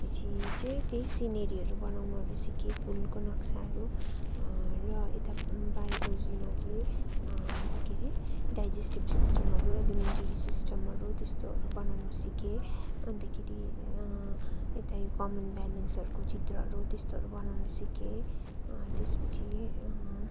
त्यस पछि चाहिँ त्यही सिनेरीहरू बनाउनुहरू सिकेँ फुलको नक्साहरू र यता बायोलोजीमा चाहिँ के हरे डाइजेस्टिभ सिस्टमहरू एलिमेन्ट्री सिस्टमहरू त्यस्तोहरू बनाउनु सिकेँ अन्तखेरि यता यो कमन ब्यालेन्सहरूको चित्रहरू हो त्यस्तोहरू बनाउनु सिकेँ त्यस पछि